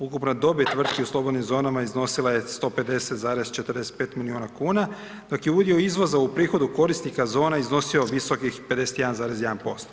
Ukupna dobit tvrtki u slobodnim zonama iznosila je 150,45 milijuna kuna, dok je udio izvoza u prihodu korisnika zona iznosio visokih 51,1%